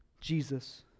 Jesus